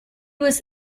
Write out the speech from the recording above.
was